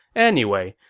anyway,